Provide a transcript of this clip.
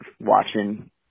watching